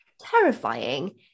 terrifying